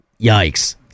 Yikes